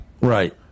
Right